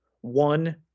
One